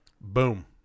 Boom